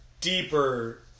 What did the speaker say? deeper